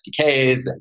SDKs